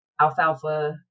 alfalfa